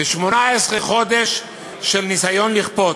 ו-18 חודש של ניסיון לכפות.